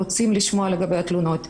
הוא הסביר לי טרם הזירוז כי זה בכלל לא חייב